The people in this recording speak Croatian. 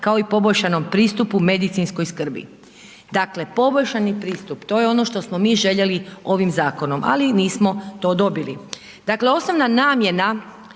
kao i poboljšanom pristupu medicinskoj skrbi. Dakle, poboljšani pristup to je ono što smo mi željeli ovim zakonom, ali nismo to dobili. Dakle, osnovna namjena